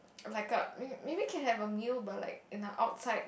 like a may maybe can have a meal but like in the outside